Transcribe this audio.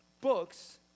books